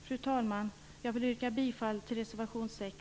Fru talman! Jag vill yrka bifall till reservation 6